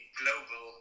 global